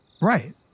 Right